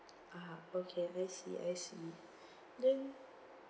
ah okay I see I see then